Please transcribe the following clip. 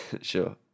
Sure